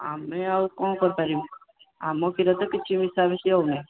ଆମେ ଆଉ କ'ଣ କରିପାରିବୁ ଆମ କ୍ଷୀରରେ ତ କିଛି ମିଶାମିଶି ହେଉ ନାହିଁ